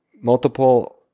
multiple